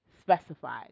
specified